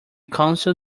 council